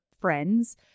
friends